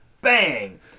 BANG